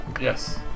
Yes